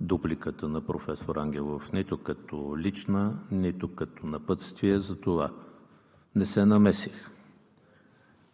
дупликата на професор Ангелов нито като лична, нито като напътствие, затова не се намесих.